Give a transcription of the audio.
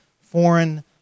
foreign